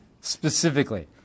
specifically